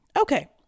Okay